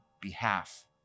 behalf